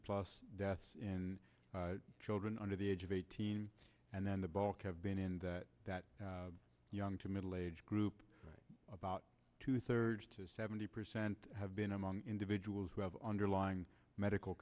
plus deaths in children under the age of eighteen and then the bulk have been in that that young to middle age group about two thirds to seventy percent have been among individuals who have underlying medical